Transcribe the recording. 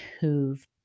who've